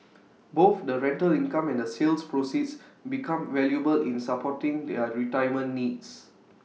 both the rental income and the sale proceeds become valuable in supporting their retirement needs